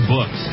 Books